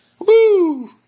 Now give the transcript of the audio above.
Woo